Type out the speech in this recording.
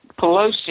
Pelosi